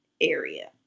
area